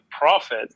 profit